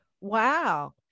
Wow